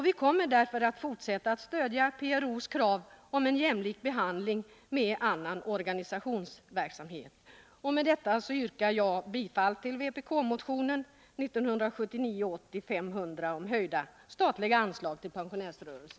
Vi kommer därför att fortsätta att stödja PRO:s krav på en jämlik behandling i jämförelse med behandlingen av annan organisationsverksamhet. Herr talman! Med detta yrkar jag bifall till vpk-motionen 1979/80:500 om . en höjning av de statliga anslagen till pensionärsrörelsen.